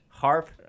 HARP